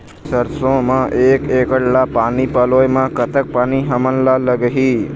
सरसों म एक एकड़ ला पानी पलोए म कतक पानी हमन ला लगही?